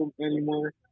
anymore